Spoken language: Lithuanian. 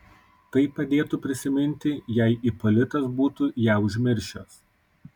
tai padėtų prisiminti jei ipolitas būtų ją užmiršęs